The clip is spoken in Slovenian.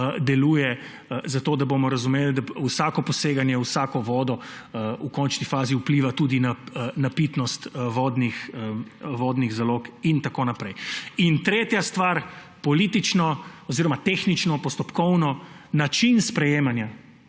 deluje, zato da bomo razumeli, da vsako poseganje v vsako vodo v končni fazi vpliva tudi na pitnost vodnih zalog in tako naprej. In tretja stvar; politično oziroma tehnično, postopkovno, način sprejemanja